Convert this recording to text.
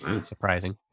Surprising